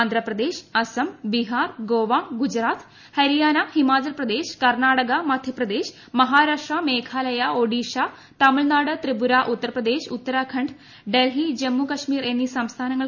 ആന്ധ്ര പ്രദേശ് അസം ബിഹാർ ഗോവ ഗുജറാത്ത് ഹരിയാന ഹിമാചൽ പ്രദേശ് കർണ്ണാടക മധ്യ പ്രദേശ് മഹാരാഷ്ട്ര മേഘാലയ ഒഡീഷ തമിഴ്നാട് ത്രിപുര ഉത്തർ പ്രദേശ് ഉത്തരാഖണ്ഡ് ഡൽഹി ജമ്മു കശ്മീർ എന്നീ സംസ്ഥാനങ്ങൾക്കാണ് തുക അനുവദിച്ചത്